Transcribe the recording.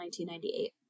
1998